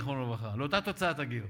יחשבו, ואיך נדע מה ילמדו?